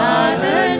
Father